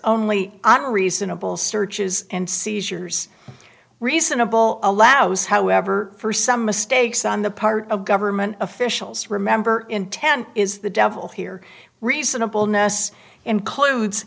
only unreasonable searches and seizures reasonable allows however for some mistakes on the part of government officials remember intent is the devil here reasonable ness includes